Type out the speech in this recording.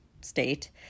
state